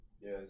yes